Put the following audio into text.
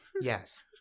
Yes